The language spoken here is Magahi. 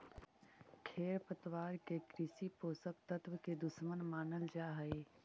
खेरपतवार के कृषि पोषक तत्व के दुश्मन मानल जा हई